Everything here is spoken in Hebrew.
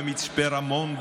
במצפה רמון,